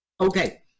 Okay